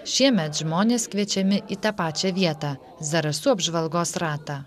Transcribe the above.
šiemet žmonės kviečiami į tą pačią vietą zarasų apžvalgos ratą